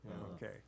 Okay